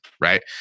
right